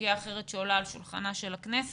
סוגיה אחרת שעולה על שולחנה של הכנסת.